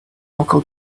local